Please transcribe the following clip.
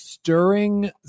Stirring